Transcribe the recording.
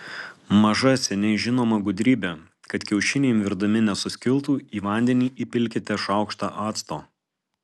maža seniai žinoma gudrybė kad kiaušiniai virdami nesuskiltų į vandenį įpilkite šaukštą acto